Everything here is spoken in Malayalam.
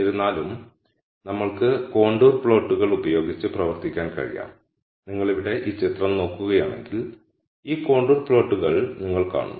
എന്നിരുന്നാലും നമ്മൾക്ക് കോണ്ടൂർ പ്ലോട്ടുകൾ ഉപയോഗിച്ച് പ്രവർത്തിക്കാൻ കഴിയാം നിങ്ങൾ ഇവിടെ ഈ ചിത്രം നോക്കുകയാണെങ്കിൽ ഈ കോണ്ടൂർ പ്ലോട്ടുകൾ നിങ്ങൾ കാണും